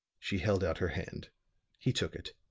she held out her hand he took it.